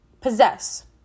possess